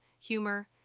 humor